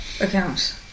accounts